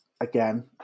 again